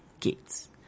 gates